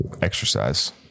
exercise